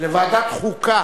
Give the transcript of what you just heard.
לוועדת החוקה,